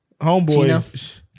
Homeboy